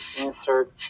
insert